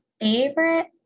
Favorite